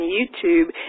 YouTube